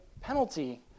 penalty